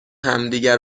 همدیگه